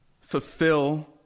fulfill